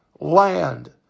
land